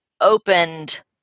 opened